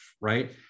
right